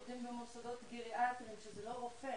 עובדים במוסדות גריאטריים שזה לא רופא.